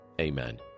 Amen